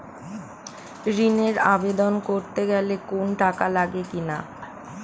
ঋণের আবেদন করতে গেলে কোন টাকা লাগে কিনা?